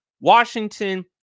Washington